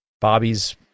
Bobby's